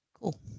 Cool